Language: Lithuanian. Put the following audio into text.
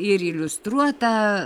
ir iliustruota